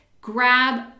grab